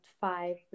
five